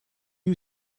you